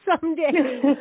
someday